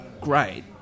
great